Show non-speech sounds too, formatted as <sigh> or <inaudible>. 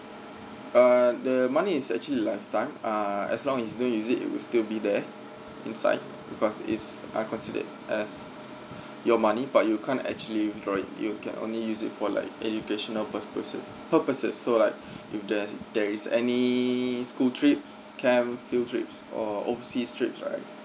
uh the money is actually lifetime uh as long you still don't use it will still be there inside because it's are considered as your money but you can't actually withdraw it you can only use it for like educational purposes purposes so like <breath> if there's there is any school trips camp field trips or overseas trips right